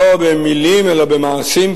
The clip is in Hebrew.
לא במלים אלא במעשים,